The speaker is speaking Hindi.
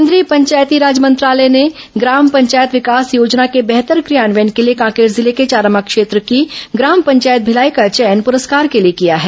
केंद्रीय पंचायती राज मंत्रालय ने ग्राम पंचायत विकास योजना के बेहतर क्रियान्वयन के लिए कांकेर जिले के चारामा क्षेत्र की ग्राम पंचायत भिलाई का चयन पुरस्कार के लिए किया है